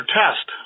test